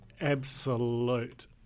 absolute